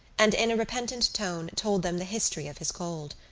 and in a repentant tone told them the history of his cold.